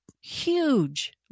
Huge